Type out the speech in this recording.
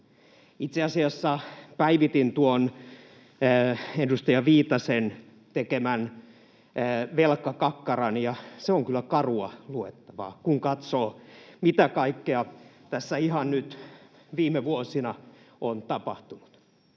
Itse asiassa päivitin tuon edustaja Viitasen tekemän velkakakkaran, ja se on kyllä karua luettavaa, kun katsoo, mitä kaikkea ihan nyt tässä viime vuosina on tapahtunut.